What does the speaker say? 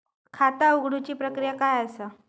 खाता उघडुची प्रक्रिया काय असा?